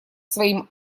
своим